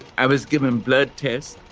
i was given blood tests,